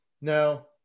Now